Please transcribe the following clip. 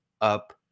up